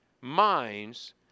minds